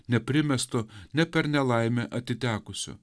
neprimesto ne per nelaimę atitekusio